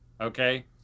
Okay